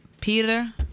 Peter